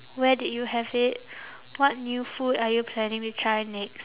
where did you have it what new food are you planning to try next